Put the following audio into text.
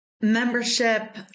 membership